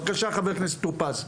בבקשה, חבר הכנסת טור פז.